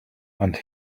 and